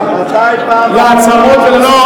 מתי בפעם האחרונה,